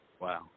Wow